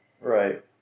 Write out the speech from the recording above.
Right